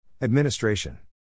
Administration